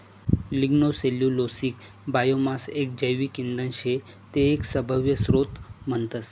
lignocellulosic biomass एक जैविक इंधन शे ते एक सभव्य स्त्रोत म्हणतस